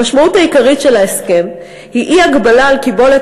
המשמעות העיקרית של ההסכם היא אי-הגבלה על קיבולת